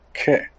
Okay